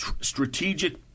strategic